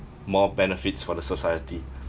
more benefits for the society